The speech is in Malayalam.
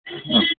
ആ